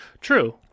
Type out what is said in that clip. True